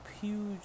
huge